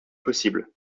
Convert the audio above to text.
possible